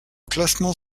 classement